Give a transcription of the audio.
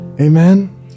Amen